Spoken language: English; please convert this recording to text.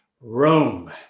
Rome